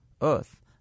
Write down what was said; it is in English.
Earth